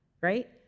right